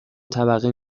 طبقه